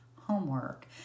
homework